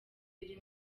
iri